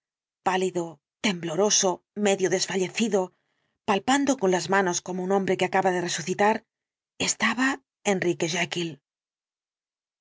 pálido tembloroso medio desfallecido palpando con las manos como un hombre que acaba de resucitar estaba enrique